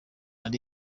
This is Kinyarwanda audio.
ari